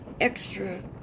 extra